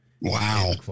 Wow